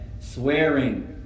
swearing